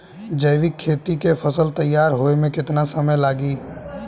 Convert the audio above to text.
जैविक खेती के फसल तैयार होए मे केतना समय लागी?